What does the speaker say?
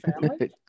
family